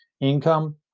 income